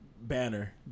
Banner